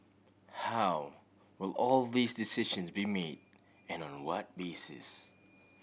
how will all these decision be made and on on what basis